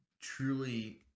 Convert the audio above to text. truly